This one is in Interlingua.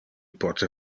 pote